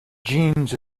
genes